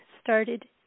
started